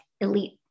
elite